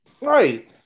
right